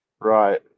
right